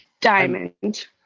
Diamond